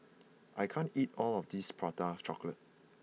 I can't eat all of this Prata Chocolate